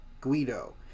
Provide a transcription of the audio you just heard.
GUIDO